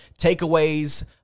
Takeaways